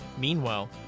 Meanwhile